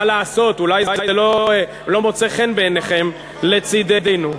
מה לעשות, אולי זה לא מוצא חן בעיניכם, לצדנו.